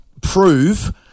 prove